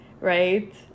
right